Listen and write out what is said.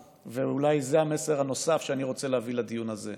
ואולי זה המסר הנוסף שאני רוצה להביא לדיון הזה,